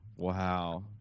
Wow